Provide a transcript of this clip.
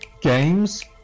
games